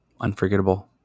Unforgettable